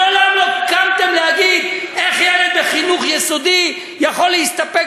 מעולם לא קמתם להגיד: איך ילד בחינוך יסודי יכול להסתפק